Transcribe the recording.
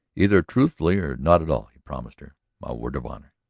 either truthfully or not at all, he promised her. my word of honor.